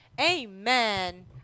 Amen